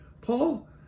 Paul